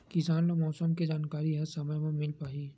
किसान ल मौसम के जानकारी ह समय म मिल पाही?